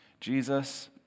Jesus